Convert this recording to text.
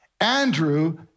Andrew